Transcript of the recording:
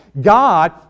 God